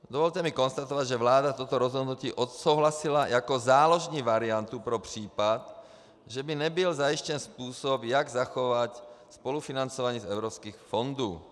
Dovolte mi konstatovat, že vláda toto rozhodnutí odsouhlasila jako záložní variantu pro případ, že by nebyl zajištěn způsob, jak zachovat spolufinancování z evropských fondů.